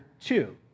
two